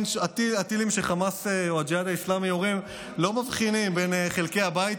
הטילים שהחמאס או שהג'יהאד האסלאמי יורים לא מבחינים בין חלקי הבית,